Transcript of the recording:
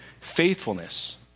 faithfulness